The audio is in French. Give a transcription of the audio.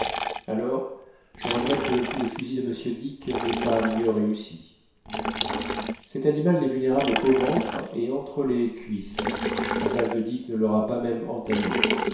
alors je regrette que le coup de fusil de m dick n'ait pas mieux réussi cet animal n'est vulnérable qu'au ventre et entre les cuisses la balle de dick ne l'aura pas même entamé